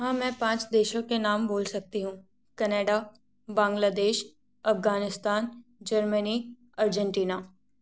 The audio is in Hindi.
हाँ मैं पाँच देशों के नाम बोल सकती हूँ Canada Bangladesh Afghanistan Germany Argentina